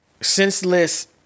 Senseless